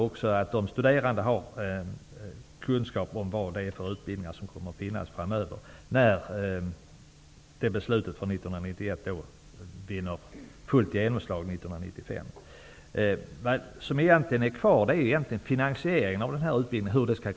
Det är också angeläget att de studerande får kunskap om vilka utbildningar som kommer att finnas framöver, när beslutet från 1991 får fullt genomslag 1995. Det som återstår att klara ut är egentligen hur den här utbildningen skall finansieras.